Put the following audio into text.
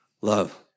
love